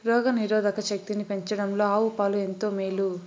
రోగ నిరోధక శక్తిని పెంచడంలో ఆవు పాలు ఎంతో మేలు